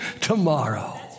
tomorrow